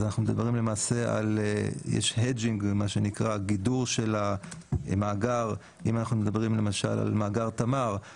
אז למעשה יש מה שנקרא hedging, גידור של המאגר, אם